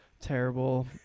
terrible